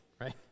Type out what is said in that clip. right